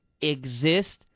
exist